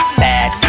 bad